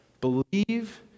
Believe